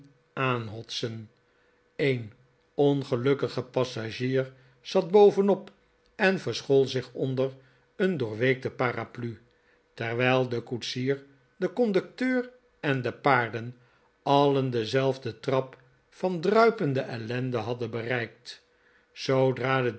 aanhotsen een ongelukkige passagier zat bovenop en verschool zich onder een doorweekte paraplu terwijl de koetsier de conducteur en de paarden alien denzelfden trap van druipende ellende hadden bereikt zoodra de